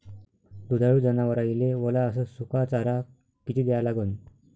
दुधाळू जनावराइले वला अस सुका चारा किती द्या लागन?